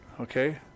okay